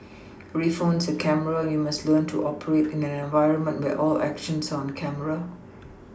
every phone is a camera and we must learn to operate in an environment where all actions are on camera